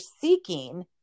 seeking